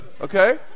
Okay